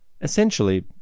Essentially